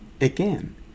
Again